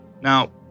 Now